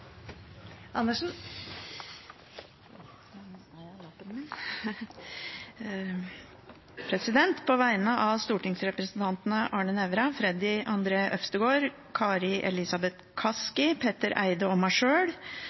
Andersen vil fremsette et representantforslag. På vegne av stortingsrepresentantene Arne Nævra, Freddy André Øvstegård, Kari Elisabeth Kaski, Petter Eide og meg sjøl